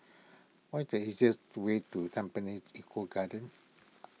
what the easiest way to Tampines Eco Garden